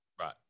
Right